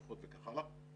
בריכות וכך הלאה,